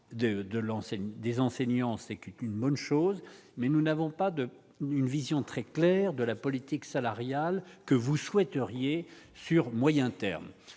des enseignants, c'est qu'une bonne chose, mais nous n'avons pas de d'une vision très claire de la politique salariale que vous souhaiteriez sur moyen terme,